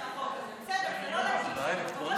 אתה הולך לקבל כסף מהחוק הזה.